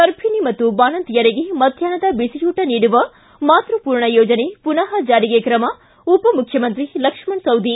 ಗರ್ಭಣಿ ಮತ್ತು ಬಾಣಂತಿಯರಿಗೆ ಮಧ್ಯಾಷ್ನದ ಬಿಸಿಯೂಟ ನೀಡುವ ಮಾತೃಪೂರ್ಣ ಯೋಜನೆ ಪುನಃ ಜಾರಿಗೆ ಕ್ರಮ ಉಪಮುಖ್ಯಮಂತ್ರಿ ಲಕ್ಷ್ಮಣ ಸವದಿ